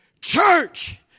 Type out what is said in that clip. Church